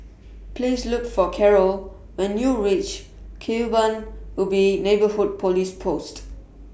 Please Look For Carlo when YOU REACH Kebun Ubi Neighbourhood Police Post